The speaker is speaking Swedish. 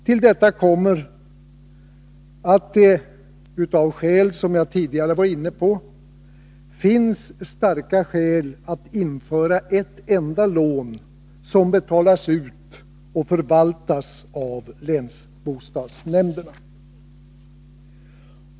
Till detta kommer att det, av skäl som jag tidigare varit inne på, finns starka skäl att införa ett enda lån, som betalas ut och förvaltas av länsbostadsnämnderna.